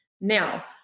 Now